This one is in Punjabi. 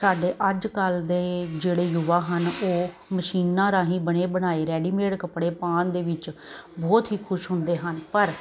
ਸਾਡੇ ਅੱਜ ਕੱਲ ਦੇ ਜਿਹੜੇ ਯੁਵਾ ਹਨ ਉਹ ਮਸ਼ੀਨਾਂ ਰਾਹੀਂ ਬਣੇ ਬਣਾਏ ਰੈਡੀਮੇਡ ਕੱਪੜੇ ਪਾਉਣ ਦੇ ਵਿੱਚ ਬਹੁਤ ਹੀ ਖੁਸ਼ ਹੁੰਦੇ ਹਨ ਪਰ